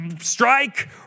strike